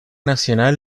nacional